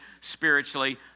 spiritually